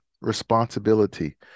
responsibility